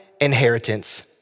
inheritance